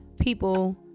people